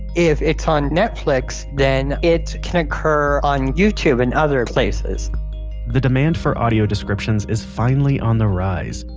if it's on netflix, then it can occur on youtube and other places the demand for audio descriptions is finally on the rise.